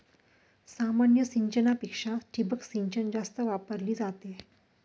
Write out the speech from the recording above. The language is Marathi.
सामान्य सिंचनापेक्षा ठिबक सिंचन जास्त वापरली जाते